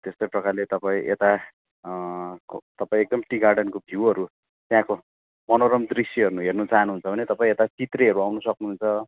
त्यस्तै प्रकारले तपाईँ यता तपाईँ एकदम टी गार्डनको भ्युहरू त्यहाँको मनोरम दृश्यहरू हेर्नु चाहनुहुन्छ भने तपाईँ यता चित्रेहरू आउनु सक्नुहुन्छ